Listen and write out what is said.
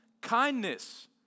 Kindness